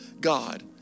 God